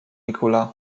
nicolas